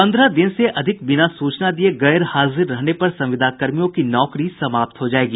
पंद्रह दिन से अधिक बिना सूचना दिये गैरहाजिर रहने पर संविदाकर्मियों की नौकरी समाप्त हो जायेगी